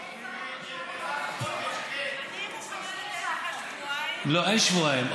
אני מוכנה לשבועיים, לא, אין שבועיים.